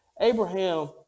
Abraham